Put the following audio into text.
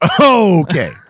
Okay